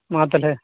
ᱢᱟ ᱛᱟᱦᱚᱞᱮ